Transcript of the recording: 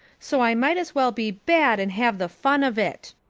so i might as well be bad and have the fun of it.